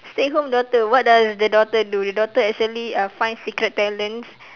stay home daughter what does the daughter do the daughter actually uh find secret talents